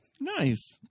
Nice